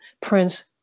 Prince